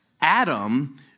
Adam